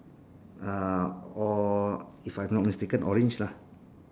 uh or if I'm not mistaken orange lah